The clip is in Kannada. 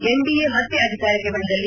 ಎನ್ಡಿಎ ಮತ್ತೆ ಅಧಿಕಾರಕ್ಕೆ ಬಂದಲ್ಲಿ